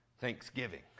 Thanksgiving